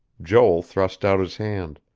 joel thrust out his hand.